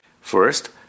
First